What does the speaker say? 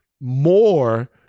more